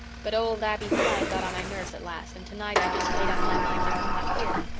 but old abbie flagg got on my nerves at last, and tonight i just made up my mind to come up here.